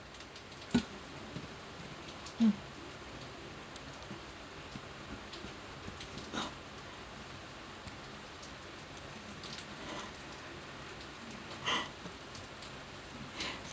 mm